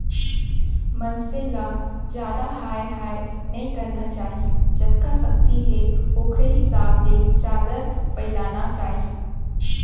मनसे ल जादा हाय हाय नइ करना चाही जतका सक्ति हे ओखरे हिसाब ले चादर फइलाना चाही